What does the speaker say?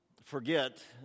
forget